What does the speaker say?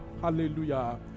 hallelujah